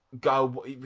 go